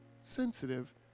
sensitive